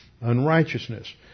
unrighteousness